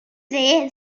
dde